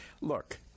Look